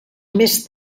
més